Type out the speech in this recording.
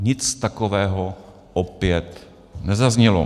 Nic takového opět nezaznělo.